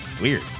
weird